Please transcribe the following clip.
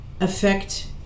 affect